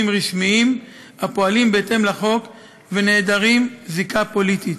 רשמיים הפועלים בהתאם לחוק ונעדרים זיקה פוליטית.